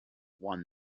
won